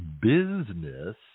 business